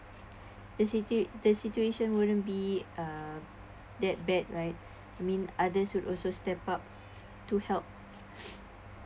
the situa~ the situation wouldn't be (uh)that bad right I mean others would also step up to help